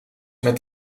met